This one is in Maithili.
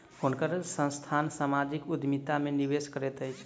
हुनकर संस्थान सामाजिक उद्यमिता में निवेश करैत अछि